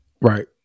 Right